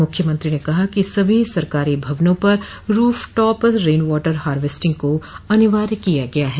मुख्यमंत्री ने कहा कि सभी सरकारो भवनों पर रूफटॉप रेन वाटर हारर्वेस्टिंग को अनिवार्य किया गया है